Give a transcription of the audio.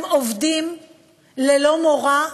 הם עובדים ללא מורא,